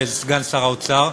סגן שר האוצר,